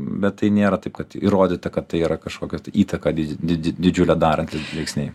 bet tai nėra taip kad įrodyta kad tai yra kažkokią tai įtaką di didžiulę darantys veiksniai